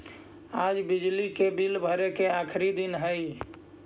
आज बिजली के बिल भरे के आखिरी दिन हई